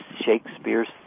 Shakespeare's